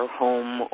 home